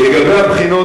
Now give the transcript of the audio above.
לגבי הבחינות,